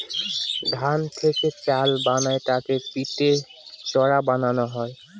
ধান থেকে চাল বানায় তাকে পিটে চিড়া বানানো হয়